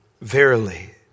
Verily